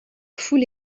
foules